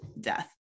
death